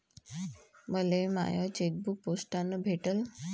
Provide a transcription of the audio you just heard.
मले माय चेकबुक पोस्टानं भेटल